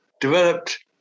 developed